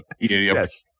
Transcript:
Yes